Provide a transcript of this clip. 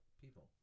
people